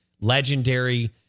Legendary